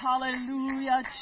hallelujah